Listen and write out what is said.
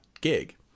gig